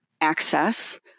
access